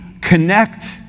connect